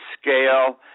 scale